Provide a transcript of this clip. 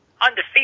undefeated